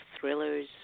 thrillers